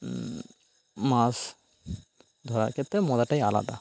মাছ ধরার ক্ষেত্রে মজাটাই আলাদা